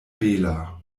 bela